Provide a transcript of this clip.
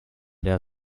der